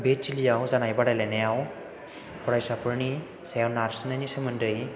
बे थिलियाव जानाय बादायलायनायाव फरायसाफोरनि सायाव नारसिननायनि सोमोन्दै